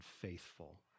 faithful